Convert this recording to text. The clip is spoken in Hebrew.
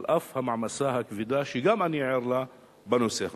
על אף המעמסה הכבדה שגם אני ער לה בנושא הזה.